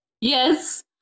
yes